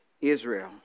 Israel